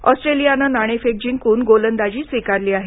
ऑस्ट्रेलियानं नाणेफेक जिंकून गोलंदाजी स्वीकारली आहे